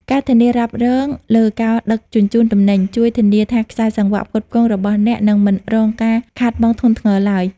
ការធានារ៉ាប់រងលើការដឹកជញ្ជូនទំនិញ ជួយធានាថាខ្សែសង្វាក់ផ្គត់ផ្គង់របស់អ្នកនឹងមិនរងការខាតបង់ធ្ងន់ធ្ងរឡើយ។